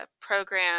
program